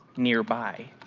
nearby,